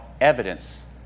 evidence